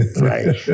right